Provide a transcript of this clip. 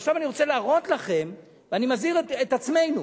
עכשיו אני רוצה להראות לכם, ואני מזהיר את עצמנו.